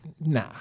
nah